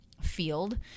field